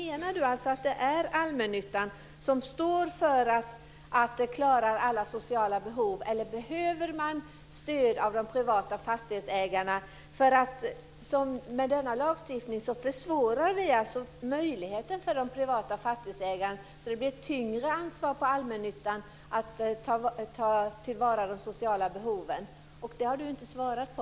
Menar han att det alltså är allmännyttan som ska stå för att klara alla sociala behov eller behöver man stöd av de privata fastighetsägarna? Med denna lagstiftning försvårar vi alltså möjligheten för de privata fastighetsägarna så att det blir ett tyngre ansvar på allmännyttan att tillvarata de sociala behoven. Det har Sten Lundström inte svarat på.